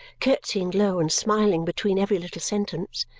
curtsying low and smiling between every little sentence.